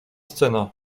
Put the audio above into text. scena